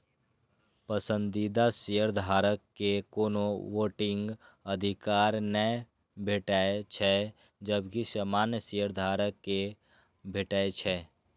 पसंदीदा शेयरधारक कें कोनो वोटिंग अधिकार नै भेटै छै, जबकि सामान्य शेयधारक कें भेटै छै